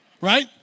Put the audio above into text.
Right